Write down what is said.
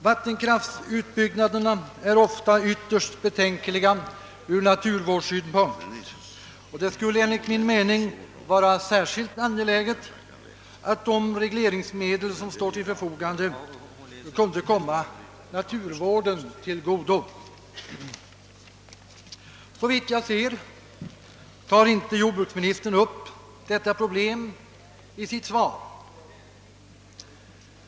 Vattenkraftsutbyggnaderna är ofta ytterst betänkliga ur naturvårdssynpunkt, och det skulle enligt min mening vara särskilt angeläget att de regleringsmedel som står till buds kunde komma naturvården till godo. Såvitt jag kan se tar inte jordbruksministern upp detta problem i sitt svar.